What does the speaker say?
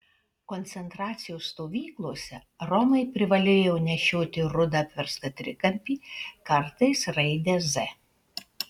koncentracijos stovyklose romai privalėjo nešioti rudą apverstą trikampį kartais raidę z